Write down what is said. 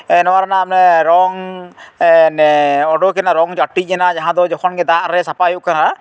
ᱱᱚᱣᱟ ᱨᱮᱱᱟᱜ ᱚᱱᱮ ᱨᱚᱝ ᱩᱰᱩᱠᱮᱱᱟ ᱨᱚᱝ ᱪᱟᱹᱴᱤᱡ ᱮᱱᱟ ᱡᱟᱦᱟᱸ ᱫᱚ ᱡᱚᱠᱷᱚᱱ ᱜᱮ ᱫᱟᱜ ᱨᱮ ᱥᱟᱯᱷᱟᱭ ᱦᱩᱭᱩᱜ ᱠᱟᱱᱟ